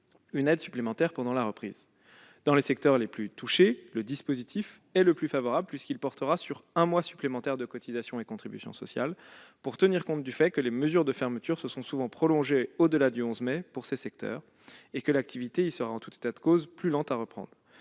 une aide supplémentaire pendant la période de reprise. Dans les secteurs les plus touchés, le dispositif est le plus favorable, puisqu'il portera sur un mois supplémentaire de cotisations et contributions sociales pour tenir compte du fait que les mesures de fermeture se sont souvent prolongées au-delà du 11 mai pour ces secteurs et que l'activité y sera en tout état de cause plus lente à reprendre.